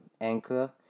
Anchor